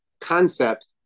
concept